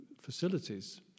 facilities